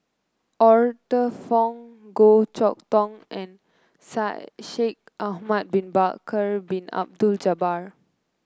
Arthur Fong Goh Chok Tong and Shaikh Ahmad Bin Bakar Bin Abdullah Jabbar